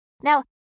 Now